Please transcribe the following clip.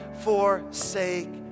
forsake